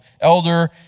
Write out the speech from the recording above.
elder